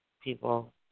people